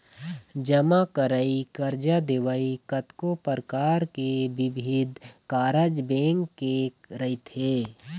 जमा करई, करजा देवई, कतको परकार के बिबिध कारज बेंक के रहिथे